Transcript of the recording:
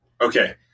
Okay